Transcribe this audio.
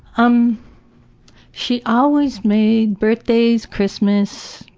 um she always made birthdays, christmas,